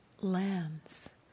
lands